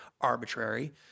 arbitrary